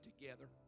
together